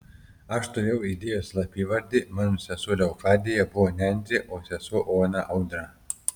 aš turėjau idėjos slapyvardį mano sesuo leokadija buvo nendrė o sesuo ona audra